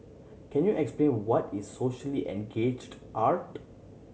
can you explain what is socially engaged art